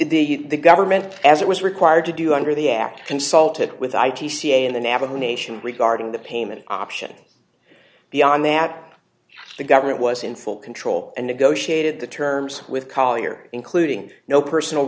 be the government as it was required to do under the act consulted with i t c in the navajo nation regarding the payment option beyond that the government was in full control and negotiated the terms with collier including no personal